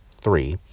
three